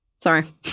Sorry